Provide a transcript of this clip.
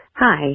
Hi